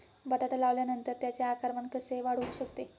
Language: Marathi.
बटाटा लावल्यानंतर त्याचे आकारमान कसे वाढवू शकतो?